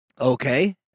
okay